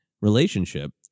relationship